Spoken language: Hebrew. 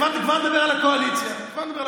כבר נדבר על הקואליציה.